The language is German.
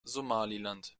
somaliland